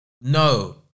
no